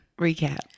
recap